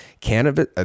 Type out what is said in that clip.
cannabis